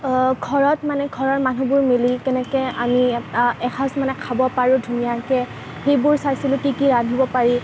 ঘৰত মানে ঘৰৰ মানুহবোৰ মিলি কেনেকৈ আমি এসাজ মানে খাব পাৰোঁ ধুনীয়াকৈ সেইবোৰ চাইছিলোঁ কি কি ৰান্ধিব পাৰি